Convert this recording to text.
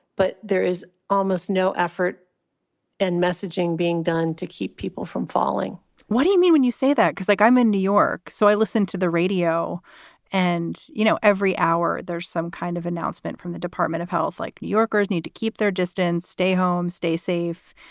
but there is almost no effort and messaging being done to keep people from falling what do you mean when you say that? because, like i'm in new york, so i listen to the radio and, you know, every hour there's some kind of announcement from the department of health like new yorkers need to keep their distance, stay home, stay safe.